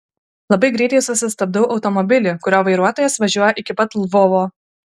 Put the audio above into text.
labai greitai susistabdau automobilį kurio vairuotojas važiuoja iki pat lvovo